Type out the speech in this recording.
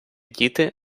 діти